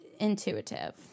intuitive